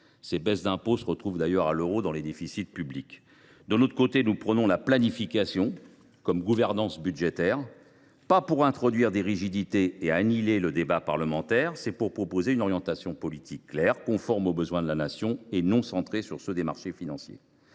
Ces baisses d’impôt se retrouvent d’ailleurs à l’euro près dans les déficits publics. Pour sa part, le groupe CRCE K prône la planification comme mode de gouvernance budgétaire, non pas pour introduire des rigidités et annihiler le débat parlementaire, mais pour proposer une orientation politique claire, conforme aux besoins de la Nation et non centrée sur les besoins des marchés financiers.